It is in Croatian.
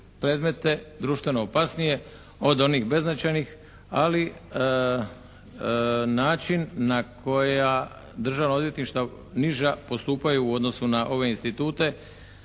predmete, društveno opasnije od onih beznačajnih. Ali način na koja državna odvjetništva niža postupaju u odnosu na ove institute